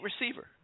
receiver